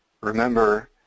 remember